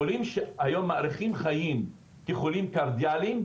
חולים שהיום מאריכים חיים כחולים קרדיאליים,